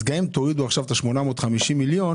אז גם אם תורידו עכשיו את ה-850 מיליון,